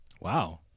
wow